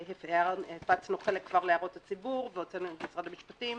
והפצנו חלק להערות הציבור והוצאנו עם משרד המשפטים,